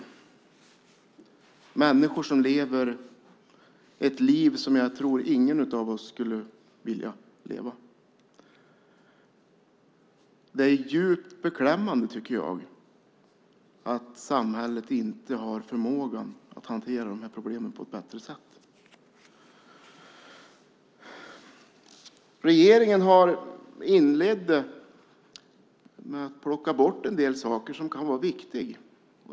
Det är människor som lever ett liv som jag inte tror att någon av oss skulle vilja leva. Det är djupt beklämmande att samhället inte har förmågan att hantera problemen på ett bättre sätt. Regeringen inledde med att plocka bort en del saker som kan vara viktiga.